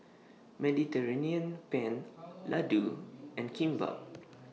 Mediterranean Penne Ladoo and Kimbap